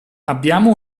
abbiamo